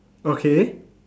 okay